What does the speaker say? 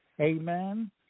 Amen